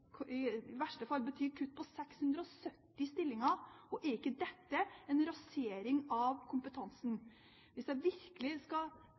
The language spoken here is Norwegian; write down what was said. det i verste fall bety kutt på 670 stillinger. Er ikke dette en rasering av kompetansen? Hvis man skal